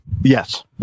Yes